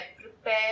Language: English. prepare